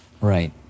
Right